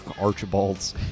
Archibald's